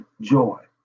joy